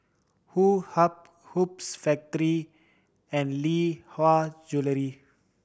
Woh Hup Hoops Factory and Lee Hwa Jewellery